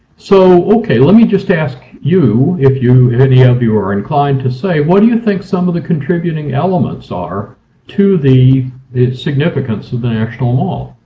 so okay let me just ask you if you any of you are inclined to say what do you think some of the contributing elements are to the the significance of the national mall?